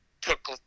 took